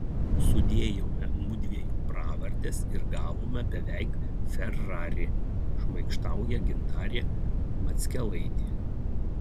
sudėjome mudviejų pravardes ir gavome beveik ferrari šmaikštauja gintarė mackelaitė